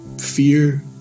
fear